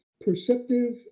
perceptive